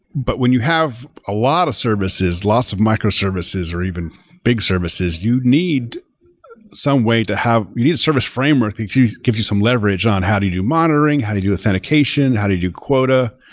but when you have a lot of services, lots of microservices or even big services, you need some way to have you need a service framework that gives you some leverage on how to do monitoring, how to do authentication, how to do quota.